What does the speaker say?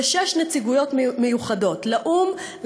ושש נציגויות מיוחדות: לאו"ם,